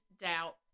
doubt